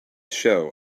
show